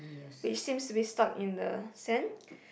which seems to be stuck in the sand